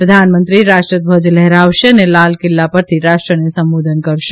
પ્રધાનમંત્રી રાષ્ટ્ર ધ્વજ લહેરાવશે અને લાલ કિલ્લા પરથી રાષ્ટ્રને સંબોધન કરશે